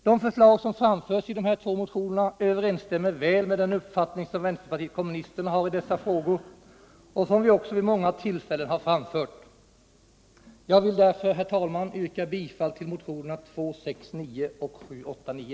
De förslag som framförs i motionerna överensstämmer väl med den uppfattning som vänsterpartiet kommunisterna har i dessa frågor och som vi också vid många tillfällen har framfört. Jag vill därför, herr talman, yrka bifall till motionerna 269 och 789.